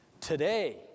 Today